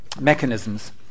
mechanisms